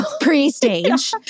pre-stage